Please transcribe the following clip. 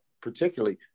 particularly